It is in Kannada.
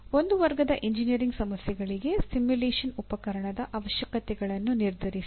ಒಂದು ವರ್ಗದ ಎಂಜಿನಿಯರಿಂಗ್ ಸಮಸ್ಯೆಗಳಿಗೆ ಸಿಮ್ಯುಲೇಶನ್ ಉಪಕರಣದ ಅವಶ್ಯಕತೆಗಳನ್ನು ನಿರ್ಧರಿಸಿ